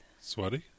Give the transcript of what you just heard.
Sweaty